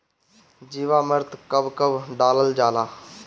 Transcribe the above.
जीवामृत कब कब डालल जाला?